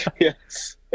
Yes